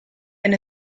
and